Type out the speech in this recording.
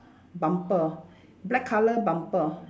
bumper black colour bumper